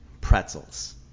Pretzels